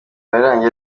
yarangiye